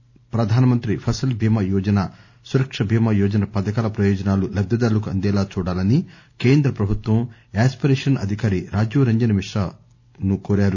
ప్రధాన మంత్రి ఫసల్ బీమా యోజన సురక్ష బీమా యోజన పథకాల ప్రయోజనాలు లబ్దిదారులకు అందేలా చూడాలని కేంద్ర ప్రభుత్వం యాస్పిరేషన్ అధికారి రాజీవ్ రంజన్ మిశ్రా కోరారు